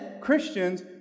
Christians